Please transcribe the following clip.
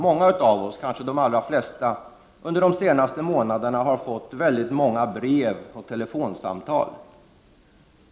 Många av oss, kanske de allra flesta, har under de senaste månaderna fått väldigt många brev och telefonsamtal.